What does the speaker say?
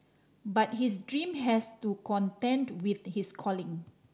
but his dream has to contend with his calling